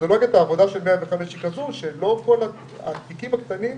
מתודולוגיית העבודה של 105 היא כזו שחלק מן התיקים הקטנים,